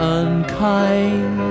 unkind